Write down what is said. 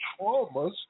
traumas